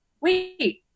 wait